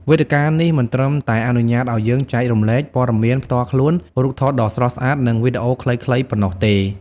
វេទិកានេះមិនត្រឹមតែអនុញ្ញាតឱ្យយើងចែករំលែកព័ត៌មានផ្ទាល់ខ្លួន រូបថតដ៏ស្រស់ស្អាត និងវីដេអូខ្លីៗប៉ុណ្ណោះទេ។